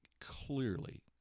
clearly